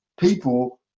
people